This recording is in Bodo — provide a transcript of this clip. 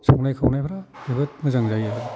संनाय खावनायफ्रा जोबोद मोजां जायो आरो